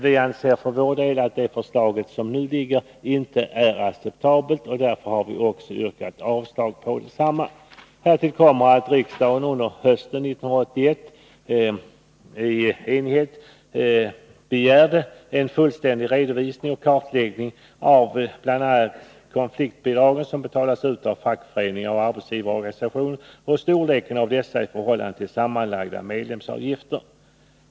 Vi anser för vår del att det förslag som nu föreligger inte är acceptabelt, och därför har vi yrkat avslag på detsamma. Härtill kommer att riksdagen under hösten 1981 i enighet begärde en fullständig redovisning och kartläggning av bl.a. de konfliktbidrag som betalas ut av fackföreningar och arbetsgivarorganisationer och storleken av dessa i förhållande till de sammanlagda medlemsavgifterna.